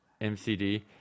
MCD